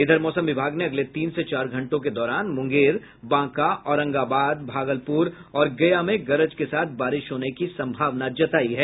इधर मौसम विभाग ने अगले तीन से चार घंटों के दौरान मुंगेर बांका औरंगाबाद भागलपुर और गया में गरज के साथ बारिश होने की संभावना जतायी है